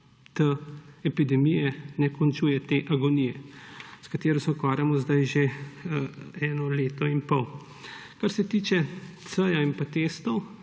T epidemije, ne končuje te agonije, s katero se ukvarjamo zdaj že eno leto in pol. Kar se tiče cepljenih,